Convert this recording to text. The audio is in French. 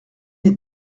les